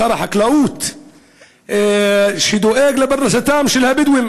מכובדי שר החקלאות אורי אריאל,